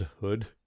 Hood